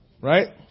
Right